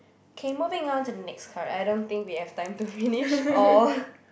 K moving on to the next card I don't think we have time to finish all